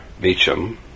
Beecham